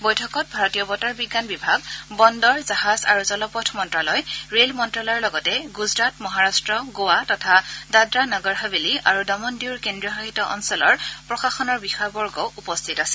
বৈঠকত ভাৰতীয় বতৰ বিজ্ঞান বিভাগ বন্দৰ জাহাজ আৰু জলপথ মন্ত্যালয় ৰেল মন্ত্যালয়ৰ লগতে গুজৰাট মহাৰট্ট গোৱা তথা দাদৰা নগৰ হাভেলী আৰু দমন দিউৰ কেন্দ্ৰীয় শাসিত অঞ্চলৰ প্ৰশাসনৰ বিষয়া বৰ্গও উপস্থিত আছিল